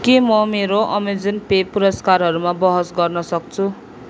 के म मेरो अमेजन पे पुरस्कारहरूमा बहस गर्न सक्छु